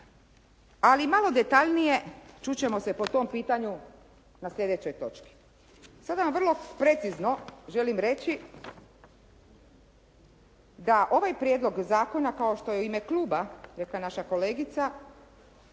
Ali malo detaljnije čut ćemo se po tom pitanju na sljedećoj točki. Sada vam vrlo precizno želim reći da ovaj prijedlog zakona kao što je u ime kluba rekla naša kolegica